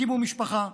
הקימו משפחה,